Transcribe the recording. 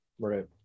right